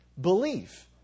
Belief